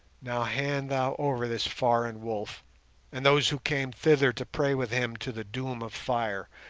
now hand thou over this foreign wolf and those who came hither to prey with him to the doom of fire,